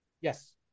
Yes